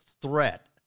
threat